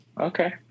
Okay